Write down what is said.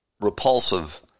repulsive